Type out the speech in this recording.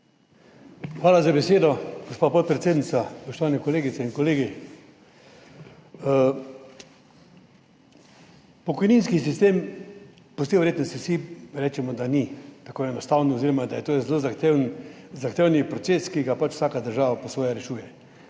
Hvala za besedo, gospa podpredsednica. Spoštovane kolegice in kolegi! Za pokojninski sistem po vsej verjetnosti vsi rečemo, da ni tako enostaven oziroma da je to zelo zahteven proces, ki ga pač vsaka država po svoje rešuje.